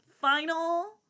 Final